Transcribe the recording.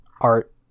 art